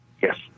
Yes